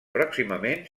pròximament